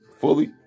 fully